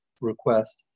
request